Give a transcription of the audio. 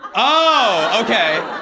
oh, okay.